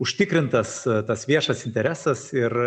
užtikrintas tas viešas interesas ir